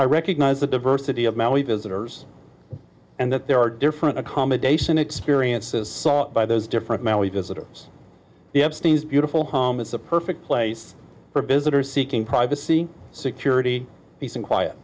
i recognize the diversity of many visitors and that there are different accommodation experiences by those different many visitors the epstein's beautiful home is a perfect place for visitors seeking privacy security peace and quiet